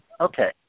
okay